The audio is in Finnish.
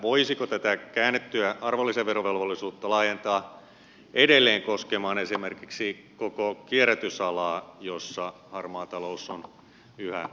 voisiko tätä käännettyä arvonlisäverovelvollisuutta laajentaa edelleen koskemaan esimerkiksi koko kierrätysalaa jossa harmaa talous on yhä ongelma